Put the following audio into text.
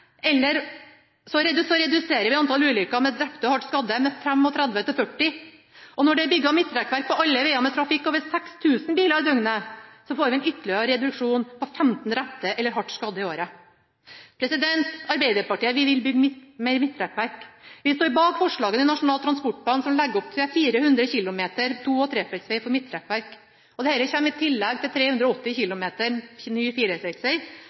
eller hardt skadde i året. Arbeiderpartiet vil bygge mer midtrekkverk. Vi står bak forslagene i Nasjonal transportplan som legger opp til 400 km to- og trefeltsveg for midtrekkverk. Dette kommer i tillegg til 380 km ny